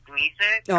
music